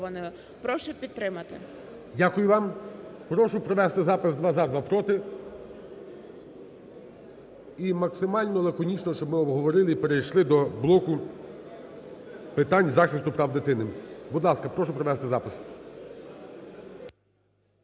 Дякую вам. Прошу провести запис: два – за, два – проти. І максимально лаконічно щоб ми обговорили і перешли до блоку питань захисту прав дитини. Будь ласка, прошу провести запис.